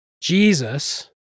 Jesus